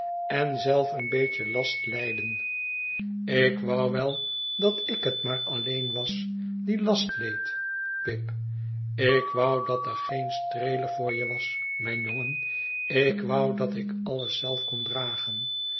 en zelf een beetje last lijden ik wou wel dat ik het maar alleen was die last leed pip ik wou dat er geen streeler voor je was mijn jongen ik wou dat ik alles zelf kon dragen